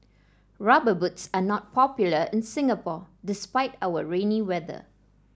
rubber boots are not popular in Singapore despite our rainy weather